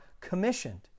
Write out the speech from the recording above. commissioned